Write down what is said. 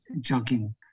jogging